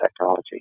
technology